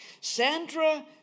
Sandra